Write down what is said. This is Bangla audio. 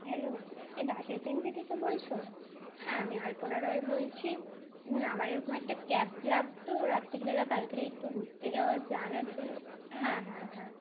হ্যালো কে দাস এজেন্সি থেকে বলছো হ্যাঁ আমি আলপনা রয় বলছি হুম আমার এরকম একটা ক্যাব লাগতো রাত্রিবেলা কালকে একটু ঘুুরতে যাওয়ার প্ল্যান আছে হ্যাঁ হ্যাঁ হ্যাঁ